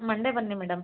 ಮಂಡೆ ಬನ್ನಿ ಮೇಡಮ್